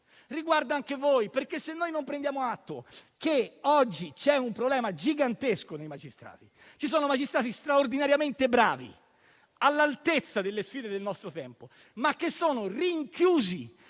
riguarda anche voi. Dobbiamo prendere atto che oggi c'è un problema gigantesco di magistrati: ce ne sono alcuni straordinariamente bravi e all'altezza delle sfide del nostro tempo, che sono rinchiusi